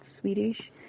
Swedish